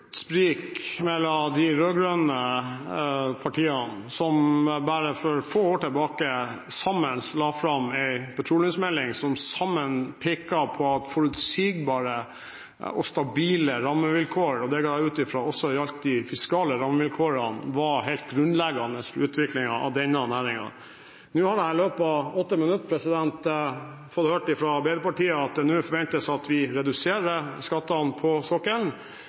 sprik mellom de rød-grønne partiene, som for bare få år tilbake sammen la fram en petroleumsmelding som pekte på at forutsigbare og stabile rammevilkår – og jeg går ut ifra at det også gjaldt de fiskale rammevilkårene – var helt grunnleggende for utviklingen av denne næringen. Jeg har i løpet av åtte minutter fått høre fra Arbeiderpartiet at det nå forventes at vi reduserer skattene på sokkelen,